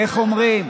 איך אומרים?